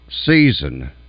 season